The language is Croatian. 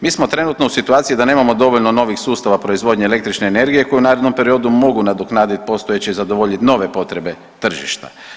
Mi smo trenutno u situaciji da nemamo dovoljno novih sustava proizvodnje električne energije koju u narednom periodu mogu nadoknaditi postojeće i zadovoljit nove potrebe tržišta.